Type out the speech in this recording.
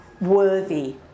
worthy